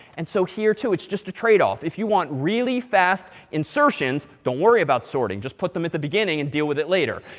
and so here too, it's just a trade off. if you want really fast insertions, don't worry about sorting. just put them at the beginning and deal with it later.